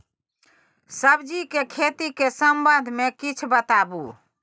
सब्जी के खेती के संबंध मे किछ बताबू?